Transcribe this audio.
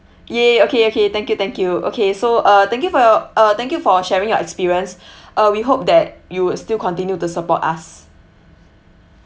!yay! okay okay thank you thank you okay so uh thank you for your uh thank you for sharing your experience uh we hope that you will still continue to support us